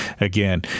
again